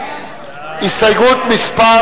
הסתייגות מס'